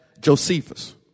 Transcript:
Josephus